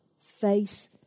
face